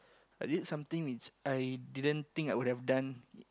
I did something which I didn't think I would have done